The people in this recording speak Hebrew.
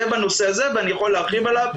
זה בעניין הזה, ואני יכול להרחיב עליו.